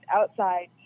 outside